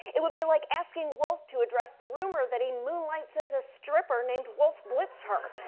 it would be like asking wolf to address the rumor that he moonlights as a stripper named wolf blitz-her.